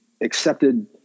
accepted